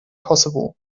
kosovo